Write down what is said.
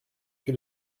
que